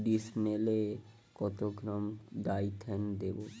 ডিস্মেলে কত gram Dithane দেবো?